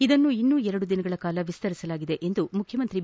ಇದನ್ನು ಇನ್ನೂ ಎರಡು ದಿನಗಳ ಕಾಲ ವಿಸ್ತರಿಸಲಾಗಿದೆ ಎಂದು ಮುಖ್ಯಮಂತ್ರಿ ಬಿ